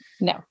No